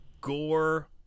gore